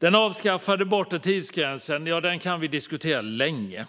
Den avskaffade bortre tidsgränsen kan vi diskutera länge,